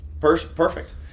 Perfect